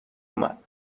اومد